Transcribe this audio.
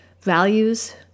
values